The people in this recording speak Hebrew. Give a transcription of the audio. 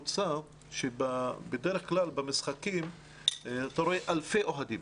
בדרך-כלל במשחקים אתה רואה אלפי אוהדים.